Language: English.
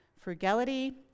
Frugality